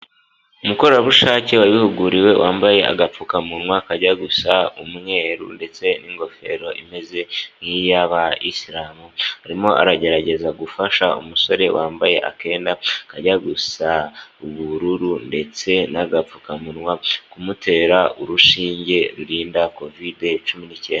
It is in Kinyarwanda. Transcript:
Umukorerabushake wabihuguriwe wambaye agapfukamunwa kajya gusa n' umweru, ndetse n'ingofero imeze nk'iy'abayisilamu arimo aragerageza gufasha umusore wambaye akenda kajya gusa n' ubururu ndetse n'agapfukamunwa kumutera urushinge rurinda covid cumi ni'cyenda.